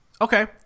Okay